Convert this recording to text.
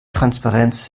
transparenz